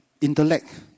intellect